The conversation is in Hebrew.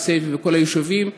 כסייפה וכל היישובים,